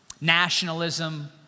nationalism